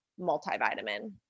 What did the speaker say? multivitamin